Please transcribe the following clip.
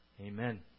amen